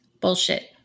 Bullshit